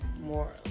more